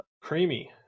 Creamy